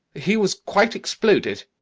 he was quite exploded.